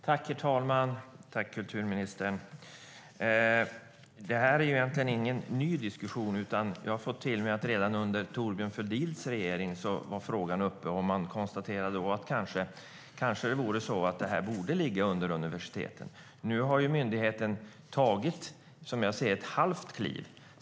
Herr talman! Tack, kulturministern! Det här är egentligen ingen ny diskussion, utan jag har för mig att frågan var uppe redan under Thorbjörn Fälldins regering. Man konstaterade då att det här kanske borde ligga under universiteten. Nu har myndigheten tagit, som jag ser det, ett halvt kliv.